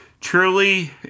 truly